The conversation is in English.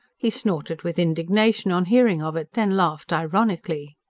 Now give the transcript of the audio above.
he snorted with indignation on hearing of it then laughed ironically.